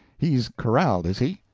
he's corralled, is he?